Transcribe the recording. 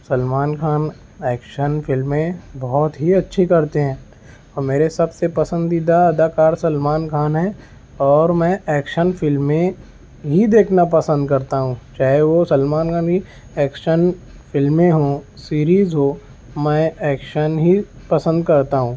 Salman Khan action فلمیں بہت ہی اچھی کرتی ہیں اور میرے سب سے پسندیدہ اداکار سلمان خان ہیں اور میں ایکشن فلمیں ہی دیکھنا پسند کرتا ہوں چاہے وہ سلمان خان کی ایکشن فلمیں ہوں سیریز ہو میں ایکشن ہی پسند کرتا ہوں